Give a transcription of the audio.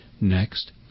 Next